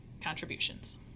contributions